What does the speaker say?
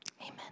Amen